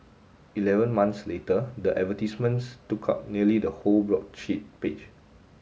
eleven months later the advertisements took up nearly the whole broadsheet page